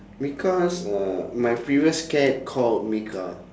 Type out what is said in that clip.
mika uh my previous cat called mika